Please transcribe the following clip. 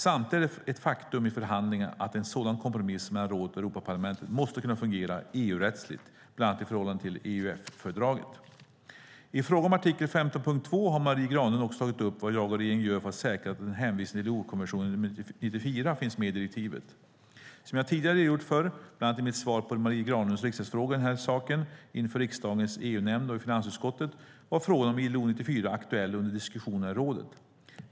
Samtidigt är det ett faktum i förhandlingarna att en sådan kompromiss mellan rådet och Europaparlamentet måste kunna fungera EU-rättsligt, bland annat i förhållande till EUF-fördraget. I fråga om artikel 15.2 har Marie Granlund också tagit upp vad jag och regeringen gör för att säkra att en hänvisning till ILO-konvention nr 94 finns med i direktivet. Som jag tidigare redogjort för - bland annat i mitt svar på Marie Granlunds riksdagsfråga i den här saken, inför riksdagens EU-nämnd och i finansutskottet - var frågan om ILO 94 aktuell under diskussionerna i rådet.